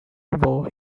war